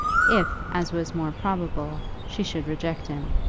if, as was more probable, she should reject him.